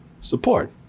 support